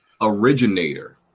originator